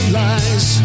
lies